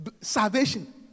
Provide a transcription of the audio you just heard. Salvation